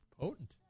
Potent